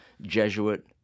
Jesuit